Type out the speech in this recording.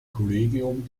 kollegium